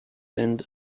and